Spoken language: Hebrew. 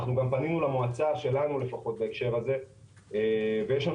אנחנו גם פנינו למועצה שלנו לפחות בהקשר הזה ויש לנו